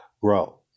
grow